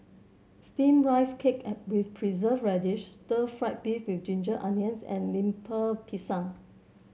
steamed Rice Cake with Preserved Radish Stir Fried Beef with Ginger Onions and Lemper Pisang